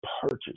purchase